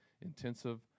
intensive